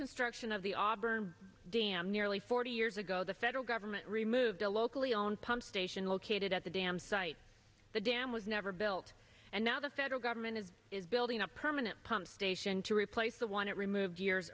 construction of the auburn dam nearly forty years ago the federal government removed a locally owned pump station located at the dam site the dam was never built and now the federal government has is building a permanent pump station to replace the one it removed years